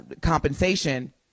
compensation